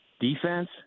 Defense